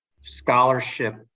scholarship